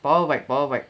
power bike power bike